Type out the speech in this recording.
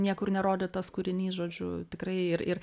niekur nerodytas kūrinys žodžiu tikrai ir ir